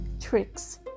tricks